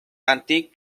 antique